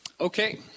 Okay